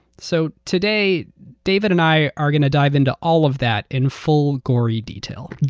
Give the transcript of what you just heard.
so today, david and i are going to dive into all of that in full gory detail.